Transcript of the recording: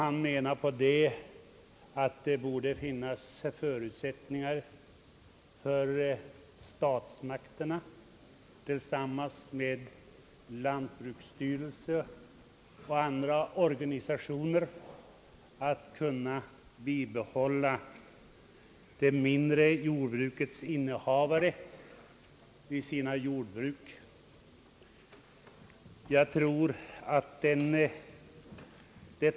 Herr Eskilsson ansåg att det borde finnas förutsättningar för att statsmakterna tillsammans med lantbruksstyrelsen och andra organisationer skulle kunna göra det möjligt för utövarna av mindre jordbruk att fortsätta sin verksamhet.